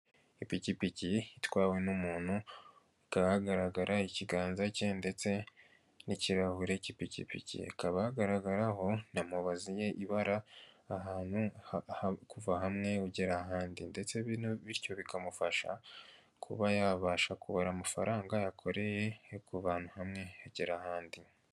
Ipikipiki itwawe n'umuntu hakaba hagahagaragara ikiganza cye, ndetse n'ikirahure cy'ipikipiki, hakaba hagaragaraho na mubazi ibara kuva ahantu hamwe ugera ahandi, ndetse bino bityo bikamufasha kuba yabasha kubara amafaranga yakoreye kuva ahantu hamwe agera ahandi.